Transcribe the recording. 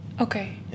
Okay